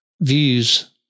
views